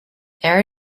air